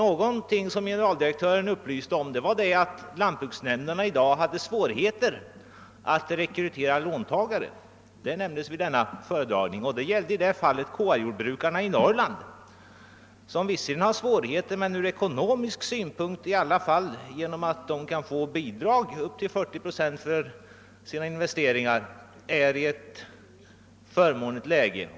Vad generaldirektören också upplyste om var att lantbruksnämnderna i dag har svårigheter att rekrytera låntagare. Det nämndes vid hans föredragning. Det gällde då KR-jordbrukarna i Norrland, som visserligen har svårigheter men som ändå tack vare att de kan få bidrag med upp till 40 procent till sina investeringar från ekonomisk synpunkt befinner sig i ett förmånligt läge.